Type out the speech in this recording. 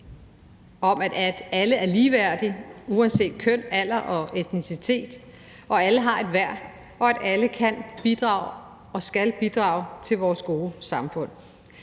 at alle er ligeværdige uanset køn, alder og etnicitet, at alle har et værd, og at alle kan bidrage og skal bidrage til vores gode samfund.